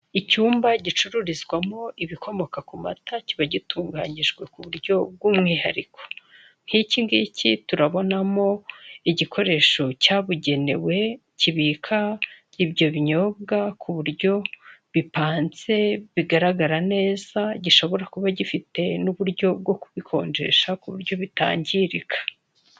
Icyumba gicururizwamo ibikomoka ku mata, kiba gitunganijwe ku buryo bw'umwihariko. Nk'iki ngiki turabonamo igikoresho cyabugenewe kibika ibyo binyobwa ku buryo bipanze, bigaragara neza gishobora kuba gifite n'uburyo bwo kubikonjesha kuburyo bitangirika.